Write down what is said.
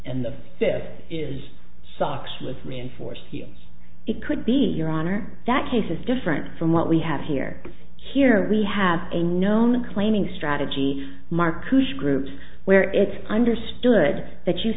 and the fifth is sox with reinforced here it could be your honor that case is different from what we have here here we have a known claiming strategy marcucci groups where it's understood that you